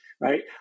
right